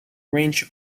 range